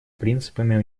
принципами